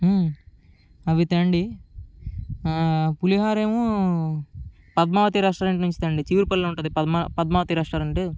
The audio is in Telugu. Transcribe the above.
అవి తేండి పులిహోర ఏమో పద్మావతి రెస్టారెంట్ నుండి తేండి చిగురుపల్లెలో ఉంటుంది పద్మావతి రెస్టారెంటు